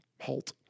halt